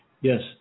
Yes